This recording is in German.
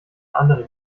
andere